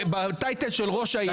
בטייטל של ראש העיר.